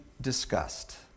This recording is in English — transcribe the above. discussed